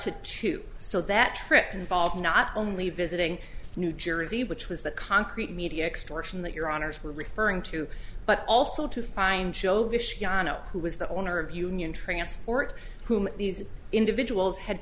to two so that trip involved not only visiting new jersey which was the concrete media extortion that your honour's were referring to but also to find ya know who was the owner of union transport whom these individuals had